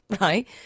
Right